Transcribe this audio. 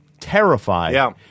terrified